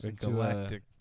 galactic